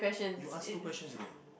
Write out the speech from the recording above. you ask two questions already